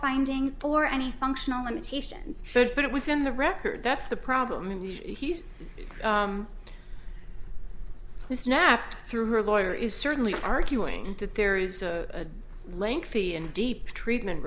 findings or any functional limitations but it was in the record that's the problem and he's who snapped through her lawyer is certainly arguing that there is a lengthy and deep treatment